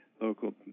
local